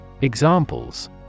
Examples